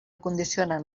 condicionen